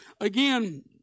again